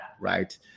right